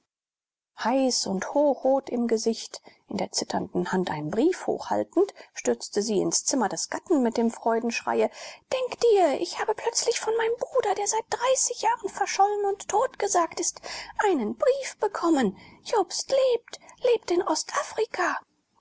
heiß hochrot im gesicht in der zitternden hand einen brief hochhaltend stürzte sie ins zimmer des gatten mit dem freudenschrei denke dir ich habe plötzlich von meinem bruder der seit dreißig jahren verschollen und totgesagt ist einen brief bekommen jobst lebt lebt in ostafrika